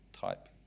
type